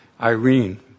Irene